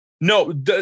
No